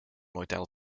model